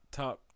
top